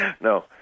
No